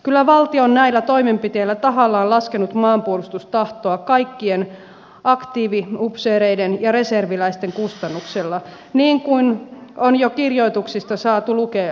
kyllä valtio on näillä toimenpiteillä tahallaan laskenut maanpuolustustahtoa kaikkien aktiiviupseereiden ja reserviläisten kustannuksella niin kuin on jo kirjoituksista saatu lukea